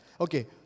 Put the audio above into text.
Okay